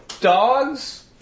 dogs